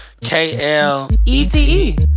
K-L-E-T-E